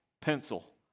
pencil